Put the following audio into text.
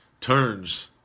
turns